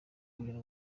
kugira